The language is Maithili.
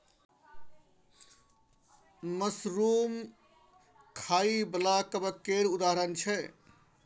मसरुम खाइ बला कबक केर उदाहरण छै